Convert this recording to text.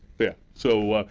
yeah. so,